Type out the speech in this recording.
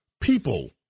people